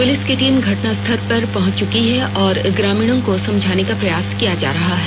police की team घटनास्थल पर पहुंच चुकी है और ग्रामीणों को समझाने का प्रयास किया जा रहा है